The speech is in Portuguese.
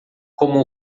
como